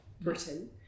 Britain